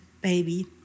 baby